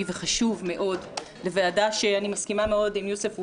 וחשוב מאוד לוועדה שאני מסכימה מאוד עם יוסף ג'בארין,